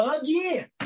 again